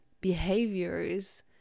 behaviors